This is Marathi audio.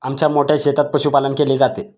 आमच्या मोठ्या शेतात पशुपालन केले जाते